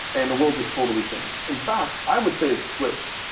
and the world has totally changed. in fact, i would say it's switched.